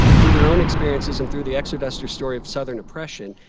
through their own experiences and through the exodusters' story of southern oppression,